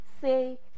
say